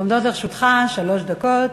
עומדות לרשותך שלוש דקות.